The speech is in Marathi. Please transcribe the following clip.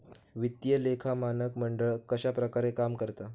वित्तीय लेखा मानक मंडळ कश्या प्रकारे काम करता?